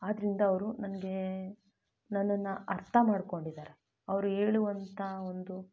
ಆದ್ದರಿಂದ ಅವರು ನನಗೆ ನನ್ನನ್ನು ಅರ್ಥ ಮಾಡ್ಕೊಂಡಿದ್ದಾರೆ ಅವರು ಹೇಳುವಂಥ ಒಂದು